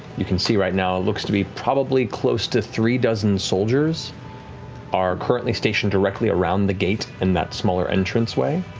you can see right now it looks to be probably close to three dozen soldiers are currently stationed directly around the gate in that smaller entranceway.